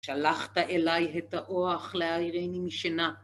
שלחת אליי את האוח להעירני משינה.